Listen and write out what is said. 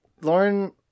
Lauren